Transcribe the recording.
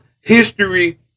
history